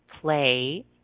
play